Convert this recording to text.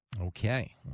Okay